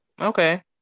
Okay